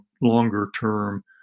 longer-term